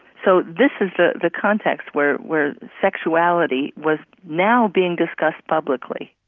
so this is the the context where where sexuality was now being discussed publicly.